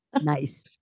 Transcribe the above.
Nice